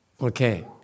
Okay